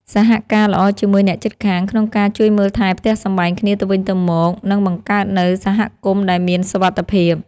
សហការល្អជាមួយអ្នកជិតខាងក្នុងការជួយមើលថែផ្ទះសម្បែងគ្នាទៅវិញទៅមកនឹងបង្កើតនូវសហគមន៍ដែលមានសុវត្ថិភាព។